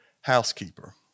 housekeeper